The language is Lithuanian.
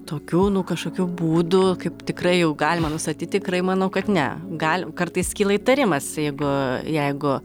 tokių nu kažkokių būdų kaip tikrai jau galima nustatyt tikrai manau kad ne gali kartais kyla įtarimas jeigu jeigu